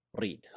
read